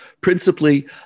principally